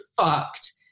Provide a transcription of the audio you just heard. fucked